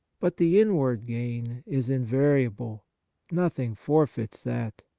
but the inward gain is invariable nothing forfeits that.